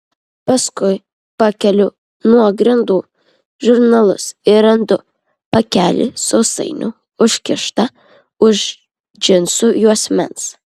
paskui pakeliu nuo grindų žurnalus ir randu pakelį sausainių užkištą už džinsų juosmens